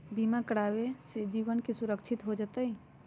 बीमा करावे से जीवन के सुरक्षित हो जतई?